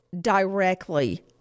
directly